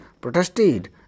protested